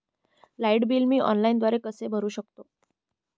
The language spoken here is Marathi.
लाईट बिल मी ऑनलाईनद्वारे कसे भरु शकतो?